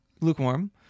Lukewarm